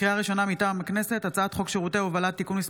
לוועדת הכלכלה נתקבלה.